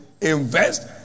invest